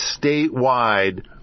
statewide